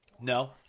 No